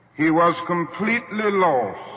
he was completely lost,